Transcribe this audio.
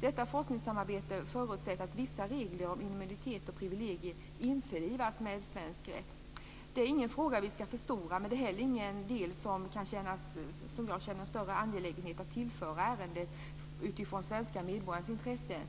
Detta forskningssamarbete förutsätter att vissa regler om immunitet och privilegier införlivas med svensk rätt. Det är ingen fråga som vi ska förstora. Det är heller ingen del som jag känner större angelägenhet att tillföra ärendet utifrån svenska medborgares intresse.